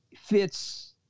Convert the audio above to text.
fits